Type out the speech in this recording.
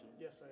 Yes